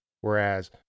whereas